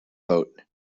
boat